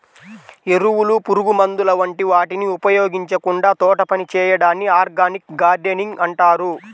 ఎరువులు, పురుగుమందుల వంటి వాటిని ఉపయోగించకుండా తోటపని చేయడాన్ని ఆర్గానిక్ గార్డెనింగ్ అంటారు